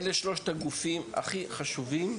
אלה שלושת הגופים הכי חשובים כדי לקדם את הנושא הזה.